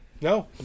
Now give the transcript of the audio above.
No